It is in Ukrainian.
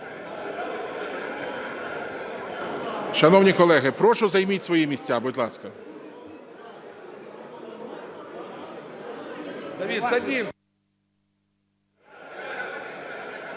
Шановні колеги, прошу займіть свої місця, будь ласка!